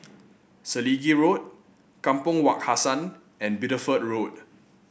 Selegie Road Kampong Wak Hassan and Bideford Road